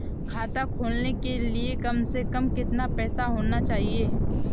खाता खोलने के लिए कम से कम कितना पैसा होना चाहिए?